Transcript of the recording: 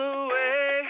away